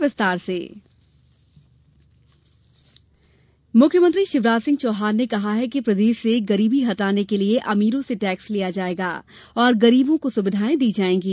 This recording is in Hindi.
विकास प्राधिकरण मुख्यमंत्री शिवराज सिंह चौहान ने कहा है कि प्रदेश से गरीबी हटाने के लिये अमीरों से टेक्स लिया जायेगा और गरीबों को सुविधायें देंगे